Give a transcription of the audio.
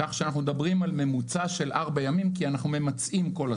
כך שאנחנו מדברים על ממוצע של ארבעה ימים כי אנחנו ממצעים כל הזמן.